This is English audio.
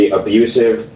abusive